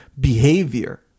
behavior